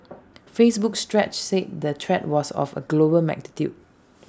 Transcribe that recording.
Facebook's stretch said the threat was of A global magnitude